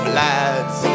lads